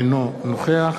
אינו נוכח